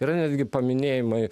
yra netgi paminėjimai